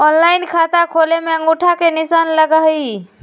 Online खाता खोले में अंगूठा के निशान लगहई?